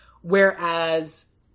whereas